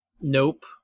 Nope